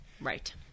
Right